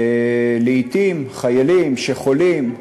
ולעתים, חיילים שחולים,